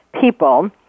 people